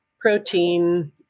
protein